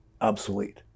obsolete